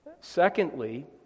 Secondly